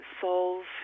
souls